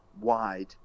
wide